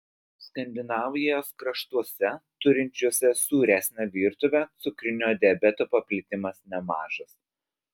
skandinavijos kraštuose turinčiuose sūresnę virtuvę cukrinio diabeto paplitimas nemažas